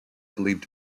believed